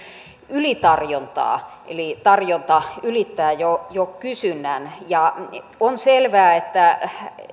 ylitarjontaa eli tarjonta ylittää jo jo kysynnän ja on selvää että